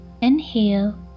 Inhale